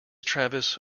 travis